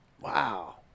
Wow